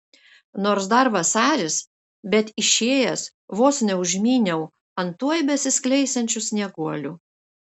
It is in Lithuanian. nors dar vasaris bet išėjęs vos neužmyniau ant tuoj besiskleisiančių snieguolių